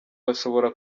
bashobora